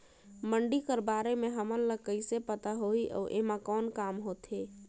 मंडी कर बारे म हमन ला कइसे पता होही अउ एमा कौन काम होथे?